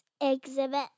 exhibit